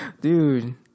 Dude